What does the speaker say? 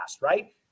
right